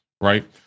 Right